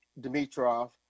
Dimitrov